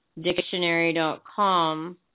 dictionary.com